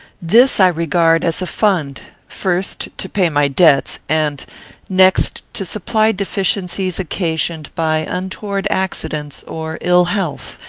this i regard as a fund, first to pay my debts, and next to supply deficiencies occasioned by untoward accidents or ill health,